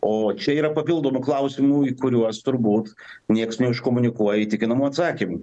o čia yra papildomų klausimų į kuriuos turbūt nieks neiškomunikuoja įtikinamų atsakymų